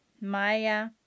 Maya